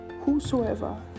whosoever